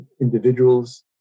individuals